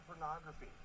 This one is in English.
pornography